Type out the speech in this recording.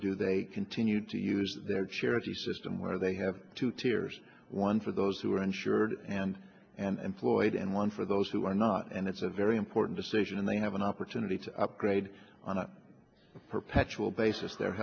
do they continue to use their charity system where they have two tiers one for those who are insured and and floyd and one for those who are not and it's a very important decision and they have an opportunity to upgrade on a perpetual basis their